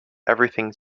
everything